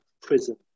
prison